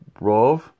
Rov